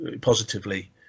positively